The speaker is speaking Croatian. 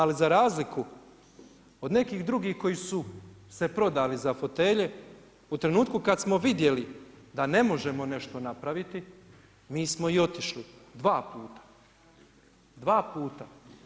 Ali za razliku od nekih drugih koji su se prodali za fotelje, u trenutku kad smo vidjeli da ne možemo nešto napraviti mi smo i otišli dva puta, dva puta.